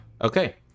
okay